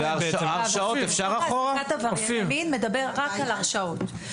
המרשם הפלילי מדבר רק על הרשעות.